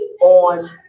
on